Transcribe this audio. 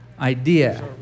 idea